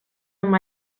amb